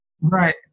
Right